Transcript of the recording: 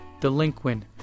delinquent